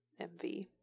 MV